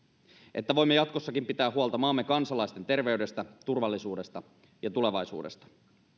että voimme jatkossakin pitää huolta maamme kansalaisten terveydestä turvallisuudesta ja tulevaisuudesta